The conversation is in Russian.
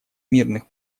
мирных